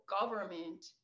government